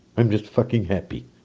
i'm just fucking happy.